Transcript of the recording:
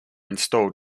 installed